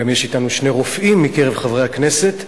גם יש אתנו שני רופאים מקרב חברי הכנסת.